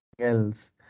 else